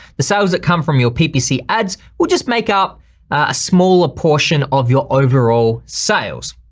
the sales that come from your ppc ads will just make up a smaller portion of your overall sales.